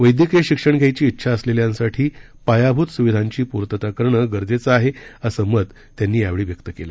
वैद्यकीय शिक्षण घ्यायची उंछा असलेल्यांसाठी पायाभूत सुविधांची पूर्तता करणं गरजेचं असल्याचं मत त्यांनी यावेळी व्यक्त केलं